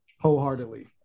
wholeheartedly